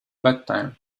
bedtime